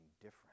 different